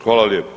Hvala lijepa.